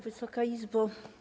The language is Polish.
Wysoka Izbo!